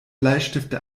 bleistifte